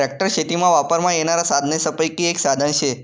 tractor शेतीमा वापरमा येनारा साधनेसपैकी एक साधन शे